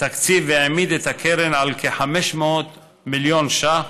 תקציב והעמיד את הקרן על כ-500 מיליון ש"ח,